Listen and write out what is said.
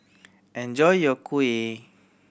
enjoy your kuih